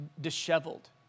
disheveled